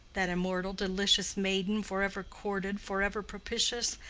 that immortal, delicious maiden forever courted forever propitious,